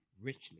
richly